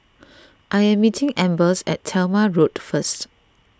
I am meeting Ambers at Talma Road first